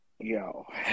Yo